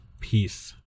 Peace